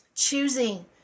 Choosing